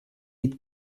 had